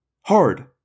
Hard